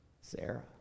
Sarah